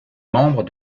membres